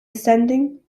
ascending